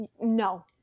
no